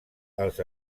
els